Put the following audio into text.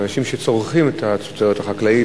אנשים שצורכים את התוצרת החקלאית,